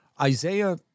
Isaiah